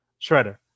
Shredder